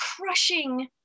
crushing